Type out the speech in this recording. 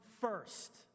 first